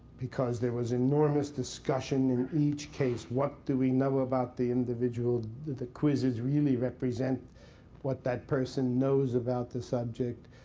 because there was enormous discussion in each case, what do we know about the individual? do the quizzes really represent what that person knows about the subject?